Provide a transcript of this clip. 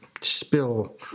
spill